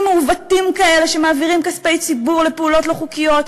מעוותים כאלה שמעבירים כספי ציבור לפעולות לא חוקיות,